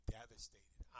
devastated